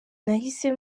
nahise